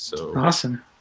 Awesome